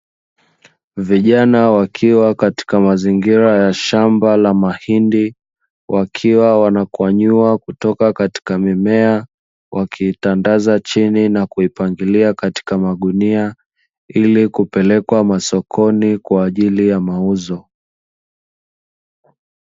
Vijana wakiwa katika mazingira ya shamba la mahindi, wakiwa wanaikwanyua Kutoka katika mimea wakiwa wanaitandaza chini na kuipangilia katika magunia ili kupelwkwa masokoni kwa ajili ya mauzo.